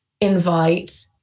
invite